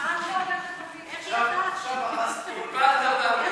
עכשיו הפלת אותנו לגמרי.